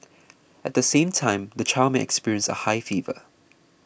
at the same time the child may experience a high fever